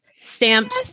stamped